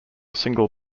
single